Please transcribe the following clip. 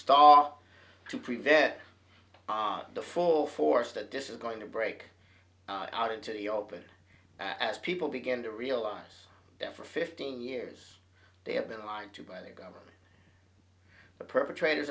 stall to prevent heart the full force that this is going to break out into the open as people begin to realize that for fifteen years they have been lied to by the government the perpetrators